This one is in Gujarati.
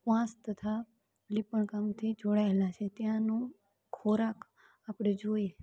વાંસ તથા લિંપણ કામથી જોડાયેલા છે ત્યાનું ખોરાક આપણે જોઈએ